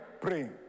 Praying